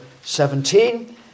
17